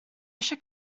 eisiau